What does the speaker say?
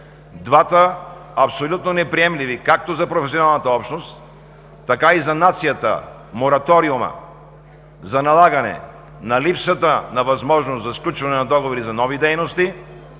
двата абсолютно неприемливи, както за професионалната общност, така и за нацията мораториума за налагане на липсата на възможност за сключване на договори за нови дейности,